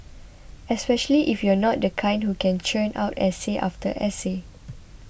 especially if you're not the kind who can churn out essay after essay